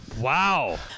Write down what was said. wow